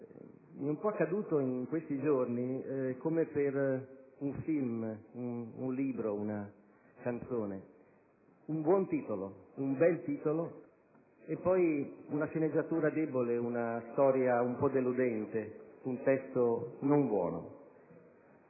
quanto accaduto in questi giorni è come per un film, un libro, una canzone: un buon titolo, un bel titolo, e poi una sceneggiatura debole, una storia un po' deludente, un testo non buono.